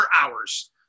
hours